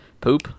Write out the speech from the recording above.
Poop